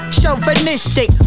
chauvinistic